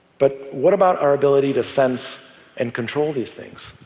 but what about our ability to sense and control these things?